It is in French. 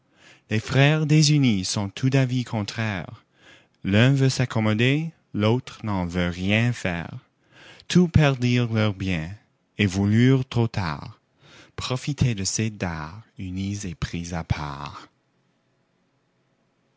les frères désunis sont tous d'avis contraire l'un veut s'accommoder l'autre n'en veut rien faire tous perdirent leur bien et voulurent trop tard profiter de ces dards unis et pris à part